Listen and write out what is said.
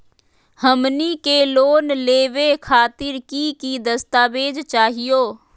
हमनी के लोन लेवे खातीर की की दस्तावेज चाहीयो?